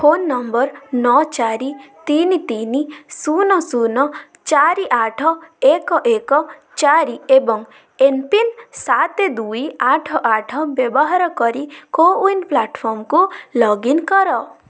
phone number ନଅ ଚାରି ତିନି ତିନି ଶୂନ ଶୂନ ଚାରି ଆଠ ଏକ ଏକ ଚାରି ଏବଂ ଏମ୍ପିନ୍ ସାତେ ଦୁଇ ଆଠ ଆଠ ବ୍ୟବହାର କରି କୋୱିନ ପ୍ଲାଟଫର୍ମକୁ ଲଗ୍ଇନ କର